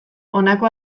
honako